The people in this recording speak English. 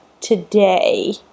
today